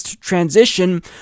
transition